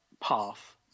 path